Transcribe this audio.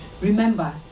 Remember